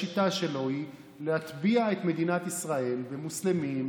השיטה שלו היא להטביע את מדינת ישראל במוסלמים,